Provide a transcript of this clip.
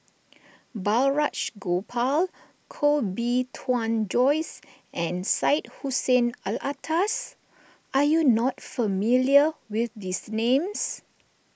Balraj Gopal Koh Bee Tuan Joyce and Syed Hussein Alatas are you not familiar with these names